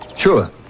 sure